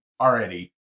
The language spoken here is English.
already